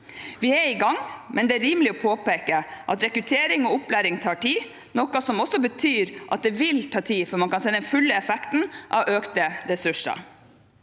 Vi er i gang, men det er rimelig å påpeke at rekruttering og opplæring tar tid, noe som også betyr at det vil ta tid før man kan se den fulle effekten av økte ressurser.